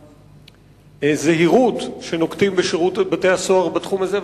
והזהירות שנוקטים בשירות בתי-הסוהר בתחום הזה,